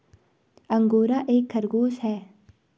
angora एक खरगोश है